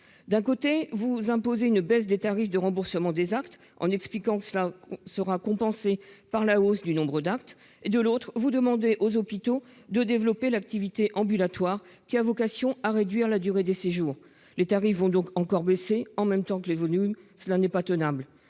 ministre, vous imposez une baisse des tarifs de remboursement des actes en expliquant que cela sera compensé par la hausse du nombre d'actes ; de l'autre, vous demandez aux hôpitaux de développer l'activité ambulatoire, qui a vocation à réduire la durée des séjours. Les tarifs vont donc encore baisser en même temps que les volumes : cela n'est pas tenable